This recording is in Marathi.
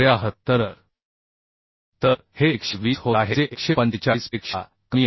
73 तर हे 120 होत आहे जे 145 पेक्षा कमी आहे